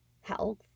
health